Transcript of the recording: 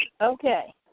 Okay